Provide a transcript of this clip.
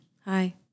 Hi